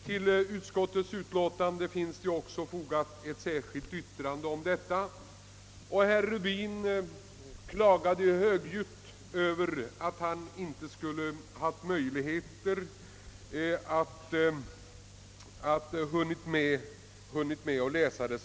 Vid utskottets utlåtande var också fogat ett särskilt yttrande av denna innebörd, och även herr Rubin har högljutt klagat över att han inte skulle ha haft möjligheter att sätta sig in i utlåtandet.